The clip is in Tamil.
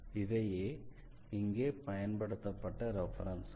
இவையே இங்கே பயன்படுத்தப்பட்ட ரெஃபரென்ஸ்கள்